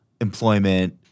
employment